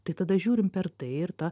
tai tada žiūrim per tai ir ta